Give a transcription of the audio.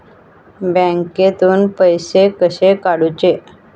बँकेतून पैसे कसे काढूचे?